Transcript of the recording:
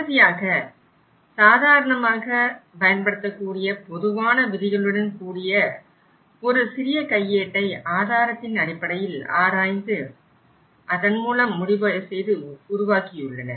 இறுதியாக சாதாரணமாக பயன்படுத்தக் கூடிய பொதுவான விதிகளுடன் கூடிய ஒரு சிறிய கையேட்டை ஆதாரத்தின் அடிப்படையில் ஆராய்ந்து மூலம் முடிவு செய்து உருவாக்கியுள்ளனர்